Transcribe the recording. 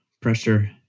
pressure